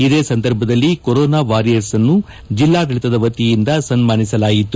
ಇದೇ ಸಂದರ್ಭದಲ್ಲಿ ಕೊರೋನಾ ವಾರಿಯರ್ಸಿನ್ನು ಜಿಲ್ಲಾಡಳತದ ವತಿಯಿಂದ ಸನ್ನಾನಿಸಲಾಯಿತು